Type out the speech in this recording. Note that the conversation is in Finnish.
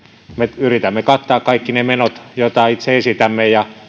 me yritämme kattaa kaikki ne menot joita itse esitämme ja